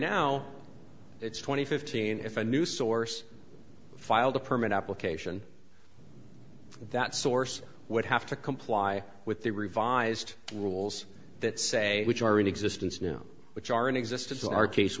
now it's twenty fifteen if a new source filed a permit application that source would have to comply with the revised rules that say which are in existence now which are in existence our case